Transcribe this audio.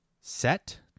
set